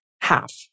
half